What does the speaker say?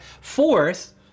Fourth